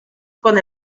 con